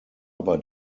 aber